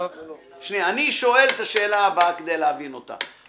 אני שואל את השאלה הבאה ברגע